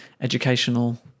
educational